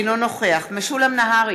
אינו נוכח משולם נהרי,